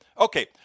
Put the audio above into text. Okay